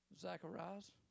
Zacharias